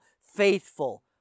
faithful